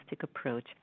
approach